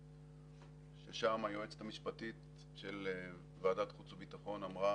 שם היועצת המשפטית של ועדת החוץ והביטחון אמרה